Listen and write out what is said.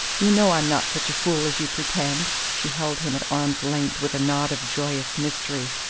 you know i'm not such a fool as you pretend! she held him at arm's length with a nod of joyous mystery.